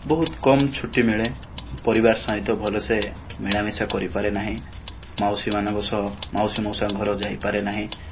ବହୁତ କମ୍ ଛୁଟି ମିଳେ ପରିବାର ସହିତ ଭଲସେ ମିଳାମିଶା କରିପାରେ ନାହିଁ ମାଉସୀମାନଙ୍କ ସହ ମାଉସୀ ମଉସାଙ୍କ ଘରକୁ ଯାଇପାରେନାହିଁ